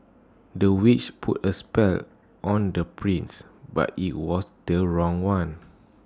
the witch put A spell on the prince but IT was the wrong one